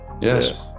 Yes